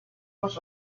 was